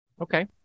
Okay